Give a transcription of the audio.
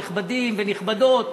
נכבדים ונכבדות,